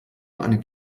eine